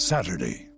Saturday